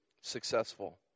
successful